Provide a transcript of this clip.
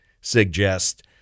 suggest